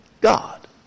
God